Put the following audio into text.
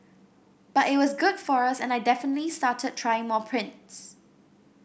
but it was good for us and I definitely started trying more prints